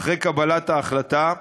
אחרי קבלת ההחלטה,